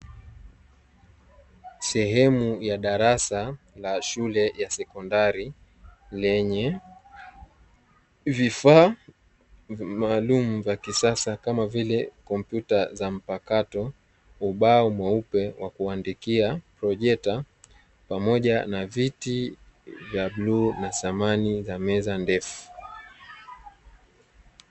Sehemu ya darasa la shule ya sekondari lenye vifaa maalumu vya kisasa kama vile: kompyuta za mpakato, ubao mweupe wa kuandikia, projekta pamoja na viti vya bluu na samani za meza ndefu.